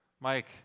Mike